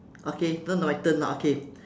okay now my turn okay